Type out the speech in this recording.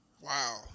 Wow